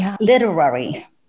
literary